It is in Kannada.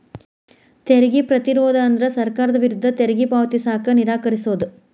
ತೆರಿಗೆ ಪ್ರತಿರೋಧ ಅಂದ್ರ ಸರ್ಕಾರದ ವಿರುದ್ಧ ತೆರಿಗೆ ಪಾವತಿಸಕ ನಿರಾಕರಿಸೊದ್